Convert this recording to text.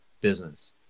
business